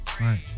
right